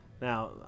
Now